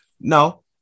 No